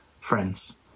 Friends